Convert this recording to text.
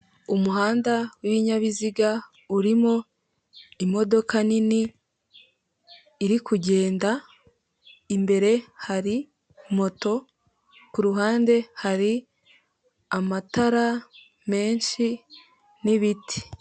Umuhanda w'ibinyabiziga, urimo imodoka nini iri kugenda, imbere hari moto, ku ruhande hari amatara menshi n'ibiti.